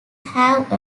have